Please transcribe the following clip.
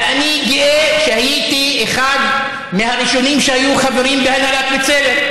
ואני גאה שהייתי אחד מהראשונים שהיו חברים בהנהלת בצלם,